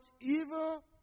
evil